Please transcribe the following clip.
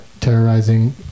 terrorizing